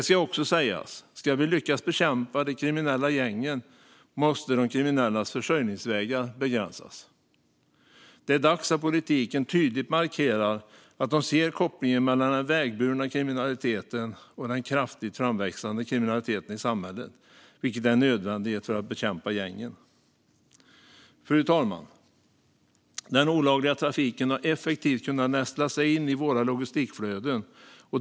För att vi ska lyckas bekämpa de kriminella gängen måste de kriminellas försörjningsvägar begränsas. Det är dags att politiken tydligt markerar att man ser kopplingen mellan den vägburna kriminaliteten och den kraftigt framväxande kriminaliteten i samhället. Det är en nödvändighet för att bekämpa gängen. Fru talman! Den olagliga trafiken har effektivt kunnat nästla sig in i våra logistikflöden.